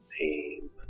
name